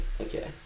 okay